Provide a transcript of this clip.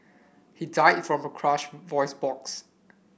he died from a crushed voice box